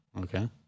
okay